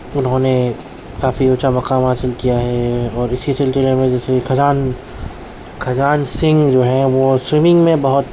انہوں نے کافی اونچا مقام حاصل کیا ہے اور اسی سلسلے میں جیسے کھجان کھجان سنگھ جو ہے وہ سوئمنگ میں بہت